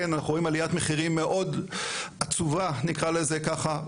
אנחנו רואים עליית מחירים מאוד עצובה נקרא לזה ככה,